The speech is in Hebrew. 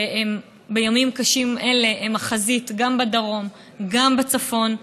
ובימים קשים אלה הם החזית, גם בדרום, גם בצפון.